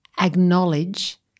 acknowledge